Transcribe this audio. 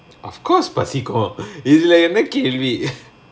of course பசிக்கோ இதுல என்ன கேள்வி:pasiko ithula enna kaelvi